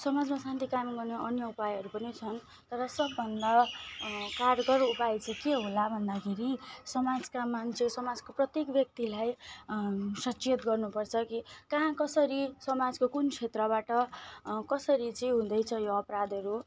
समाजमा शान्ति कायम गर्ने अन्य उपायहरू पनि छन तर सबभन्दा कारगर उपाय चाहिँ के होला भन्दाखेरि समाजका मान्छे समाजको प्रत्येक व्यक्तिलाई सचेत गर्नुपर्छ कि कहाँ कसरी समाजको कुन क्षेत्रबाट कसरी चाहिँ हुँदैछ यो अपराधहरू